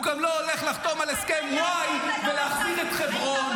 הוא גם לא הולך לחתום על הסכם וואי ולהחזיר את חברון.